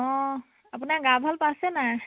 অঁ আপোনাৰ গা ভাল পাইছে নাই